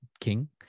king